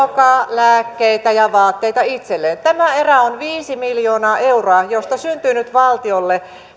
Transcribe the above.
lääkkeitä ja vaatteita itselleen tämä erä on viisi miljoonaa euroa josta syntyy nyt valtiolle